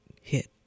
hit